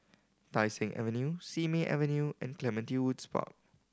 Tai Seng Avenue Simei Avenue and Clementi Woods Park